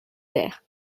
ter